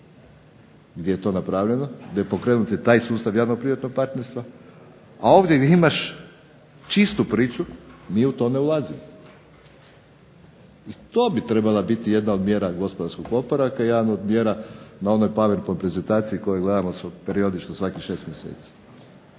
gdje je to napravljeno, da je pokrenut taj sustav javno privatnog partnerstva, a ovdje gdje imaš čistu priču mi u to ne ulazimo. I to bi trebala biti jedna od mjera gospodarskog oporavka i jedna od mjera na onoj powerpoint prezentaciji koju gledamo periodično svakih 6 mjeseci.